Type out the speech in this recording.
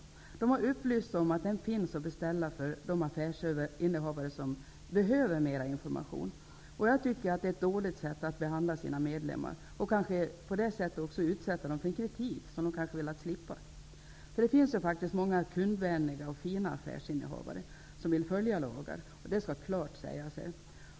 Förbundet har upplyst om att broschyren finns att beställa för de affärsinnehavare som behöver mer information. Jag tycker att det är ett dåligt sätt att behandla sina medlemmar och därigenom utsätta dessa för kritik som de kanske hade velat slippa. Nu finns det faktiskt många kundvänliga och fina affärsinnehavare, som vill följa lagen -- det skall klart sägas ifrån.